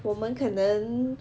我们可能